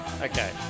Okay